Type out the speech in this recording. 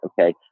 Okay